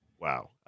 Wow